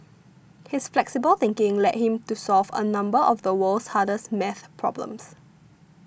his flexible thinking led him to solve a number of the world's hardest math problems